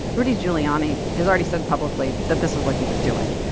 rudy giuliani has already said publicly that this was what he was doing.